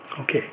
Okay